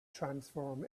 transform